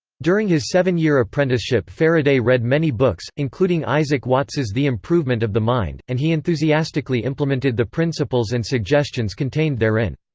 during his seven-year apprenticeship faraday read many books, including isaac watts's the improvement of the mind, and he enthusiastically implemented the principles and suggestions contained therein.